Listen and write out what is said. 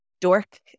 dork